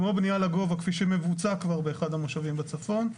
כמו בנייה לגובה כפי שמבוצע כבר באחד המושבים בצפון.